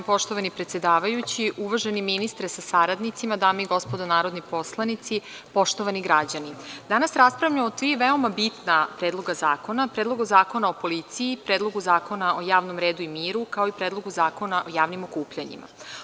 Uvaženi ministre sa saradnicima, dame i gospodo narodni poslanici, poštovani građani, danas raspravljamo o tri veoma bitna predloga zakona: Predlogu zakona o policiji, Predlogu zakona o javnom redu i miru, kao i Predlogu zakona o javnim okupljanjima.